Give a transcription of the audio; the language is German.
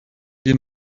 die